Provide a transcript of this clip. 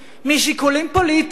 משיקולים פוליטיים,